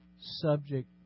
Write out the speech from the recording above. subject